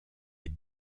est